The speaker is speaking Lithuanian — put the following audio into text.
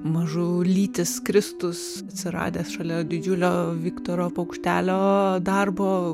mažulytis kristus atsiradęs šalia didžiulio viktoro paukštelio darbo